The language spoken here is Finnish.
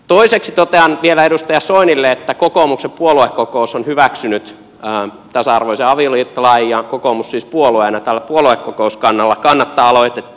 toiseksi totean vielä edustaja soinille että kokoomuksen puoluekokous on hyväksynyt tasa arvoisen avioliittolain ja kokoomus siis puolueena tällä puoluekokouskannalla kannattaa aloitetta